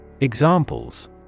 Examples